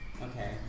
Okay